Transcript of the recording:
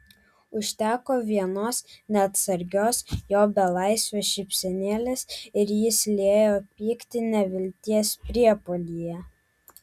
užteko vienos neatsargios jo belaisvio šypsenėlės ir jis liejo pyktį nevilties priepuolyje